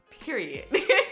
Period